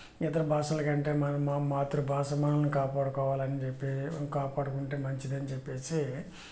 ఇతర భాషల కంటే మన మా మాతృభాషను మనం కాపాడుకోవాలని చెప్పి కాపాడుకుంటే మంచిదని చెప్పేసి